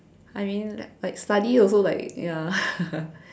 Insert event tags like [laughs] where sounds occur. I mean like study also like ya [laughs]